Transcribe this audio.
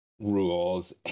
rules